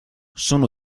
sono